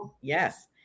Yes